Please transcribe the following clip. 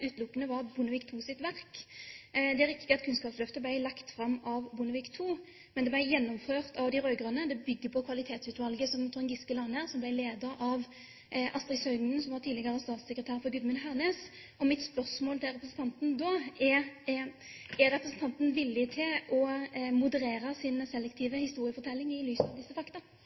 var Bondevik II-regjeringens verk. Det er riktig at Kunnskapsløftet ble lagt fram av Bondevik II, men det ble gjennomført av de rød-grønne. Det bygger på Kvalitetsutvalget som Trond Giske satte ned, som ble ledet av Astrid Søgnen, som var tidligere statssekretær for Gudmund Hernes. Mitt spørsmål til representanten er da: Er representanten villig til å moderere sin selektive historiefortelling i